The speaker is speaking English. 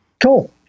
Cool